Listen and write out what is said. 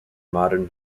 modern